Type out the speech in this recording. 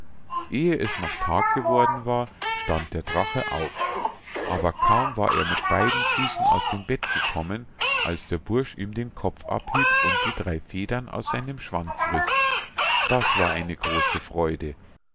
ehe es noch tag geworden war stand der drache auf aber kaum war er mit beiden füßen aus dem bett gekommen als der bursch ihm den kopf abhieb und die drei federn aus seinem schwanz riß das war eine große freude